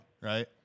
right